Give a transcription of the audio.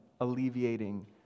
alleviating